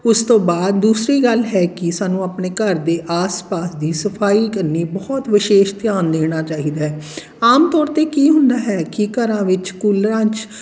ਉਸ ਤੋਂ ਬਾਅਦ ਦੂਸਰੀ ਗੱਲ ਹੈ ਕਿ ਸਾਨੂੰ ਆਪਣੇ ਘਰ ਦੇ ਆਸ ਪਾਸ ਦੀ ਸਫਾਈ ਕਰਨੀ ਬਹੁਤ ਵਿਸ਼ੇਸ਼ ਧਿਆਨ ਦੇਣਾ ਚਾਹੀਦਾ ਹੈ ਆਮ ਤੌਰ 'ਤੇ ਕੀ ਹੁੰਦਾ ਹੈ ਕਿ ਘਰਾਂ ਵਿੱਚ ਕੂਲਰਾਂ 'ਚ